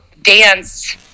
Dance